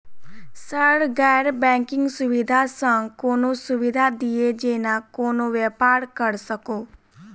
Sir गैर banking सुविधा सँ कोनों सुविधा दिए जेना कोनो व्यापार करऽ सकु?